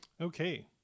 Okay